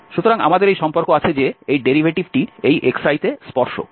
সুতরাং আমাদের এই সম্পর্ক আছে যে এই ডেরিভেটিভটি এই xiতে স্পর্শক